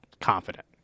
confident